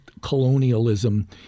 colonialism